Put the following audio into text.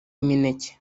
imineke